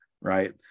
right